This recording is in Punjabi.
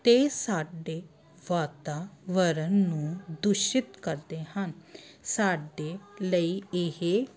ਅਤੇ ਸਾਡੇ ਵਾਤਾਵਰਨ ਨੂੰ ਦੂਸ਼ਿਤ ਕਰਦੇ ਹਨ ਸਾਡੇ ਲਈ ਇਹ